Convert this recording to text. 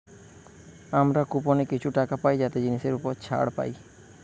আমরা কুপনে কিছু টাকা পাই যাতে জিনিসের উপর ছাড় পাই